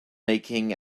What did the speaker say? making